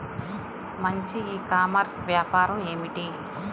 మంచి e commerce వ్యాపారం ఏమిటీ?